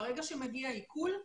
ברגע שמגיע עיקול,